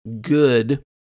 good